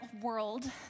world